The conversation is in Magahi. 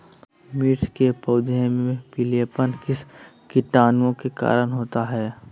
मिर्च के पौधे में पिलेपन किस कीटाणु के कारण होता है?